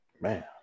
man